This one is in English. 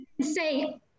say